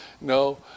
no